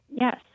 Yes